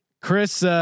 Chris